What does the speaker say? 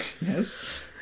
Yes